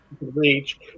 reach